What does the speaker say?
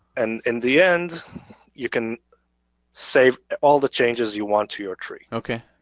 and in the end you can save all the changes you want to your tree. okay.